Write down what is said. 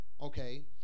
okay